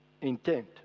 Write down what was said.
intent